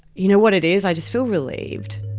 you know what it is? i just feel relieved.